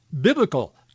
biblical